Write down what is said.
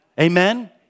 Amen